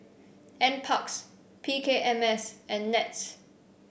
NParks P K M S and NETS